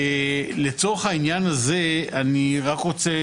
לצורך העניין הזה אני רק רוצה,